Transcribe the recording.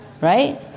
Right